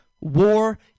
War